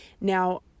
Now